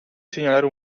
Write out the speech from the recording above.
segnalare